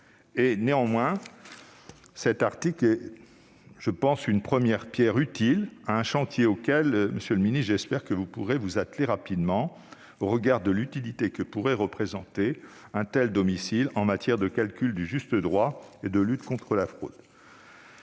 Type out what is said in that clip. Néanmoins, cet article pose utilement la première pierre d'un chantier auquel, monsieur le ministre, j'espère que vous pourrez vous attaquer rapidement, au regard de l'utilité que pourrait présenter un tel domicile social en matière de calcul du juste droit et de lutte contre la fraude.